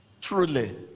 truly